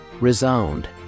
ReSound